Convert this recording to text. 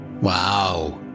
Wow